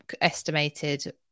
Estimated